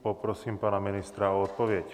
Poprosím pana ministra o odpověď.